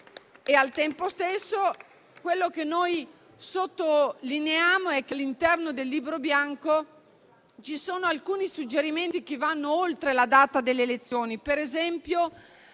Al tempo stesso sottolineiamo che all'interno del libro bianco ci sono alcuni suggerimenti che vanno oltre la data delle elezioni,